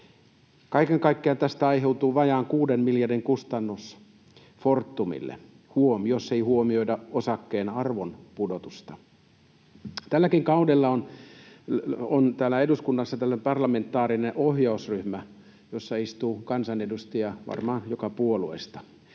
Kaiken kaikkiaan tästä aiheutuu vajaan kuuden miljardin kustannus Fortumille — huom. jos ei huomioida osakkeen arvon pudotusta. Tälläkin kaudella on täällä eduskunnassa tällainen parlamentaarinen ohjausryhmä, jossa istuu kansanedustajia varmaan joka puolueesta.